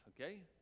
okay